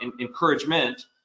encouragement